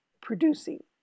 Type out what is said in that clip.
producing